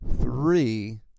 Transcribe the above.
Three